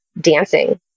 dancing